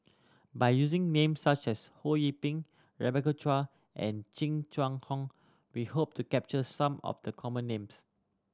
by using names such as Ho Yee Ping Rebecca Chua and Jing Chun Hong we hope to capture some of the common names